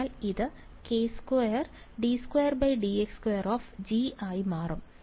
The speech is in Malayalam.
അതിനാൽ ഇത് k2d2Gdx2 ആയി മാറും